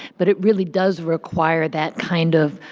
but it really does require that kind of